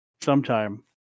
Sometime